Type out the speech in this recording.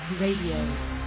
Radio